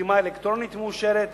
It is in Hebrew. חתימה אלקטרונית מאושרת,